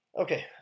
Okay